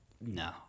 no